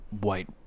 white